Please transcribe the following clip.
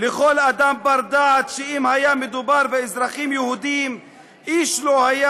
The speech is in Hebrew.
לכל אדם בר-דעת שאם היה מדובר באזרחים יהודים איש לא היה